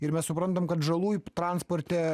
ir mes suprantam kad žalų transporte